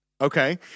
Okay